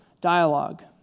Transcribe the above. dialogue